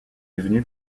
devenu